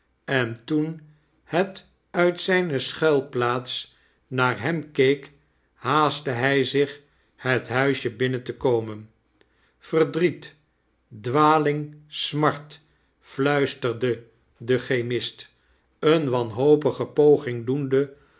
en toen het uit zijne schuilplaats naar hem keek haastte hij zich het huisj e binnen te komen verdriet dwaling smart fluisterde de chemist een wanhopige poging doende